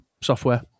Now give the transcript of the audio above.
software